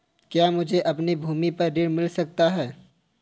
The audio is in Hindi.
क्या मुझे अपनी भूमि पर ऋण मिल सकता है?